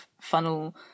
funnel